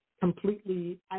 completely